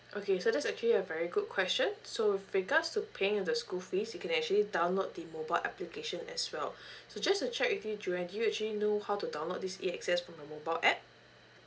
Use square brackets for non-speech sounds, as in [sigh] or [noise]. okay so that's actually a very good question so with regards to paying the school fees you can actually download the mobile application as well [breath] so just to check with you johan do you actually know how to download this A_X_S from your mobile app